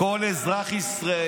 אזרחי ישראל